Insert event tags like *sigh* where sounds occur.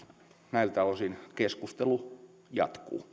näiltä osin keskustelu jatkuu *unintelligible*